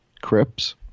Crips